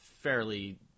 fairly